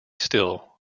still